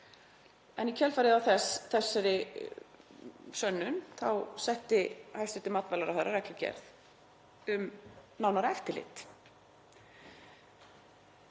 í kjölfarið á þessari sönnun þá setti hæstv. matvælaráðherra reglugerð um nánara eftirlit.